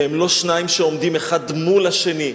שהם לא שניים שעומדים אחד מול השני.